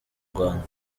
rwanda